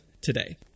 today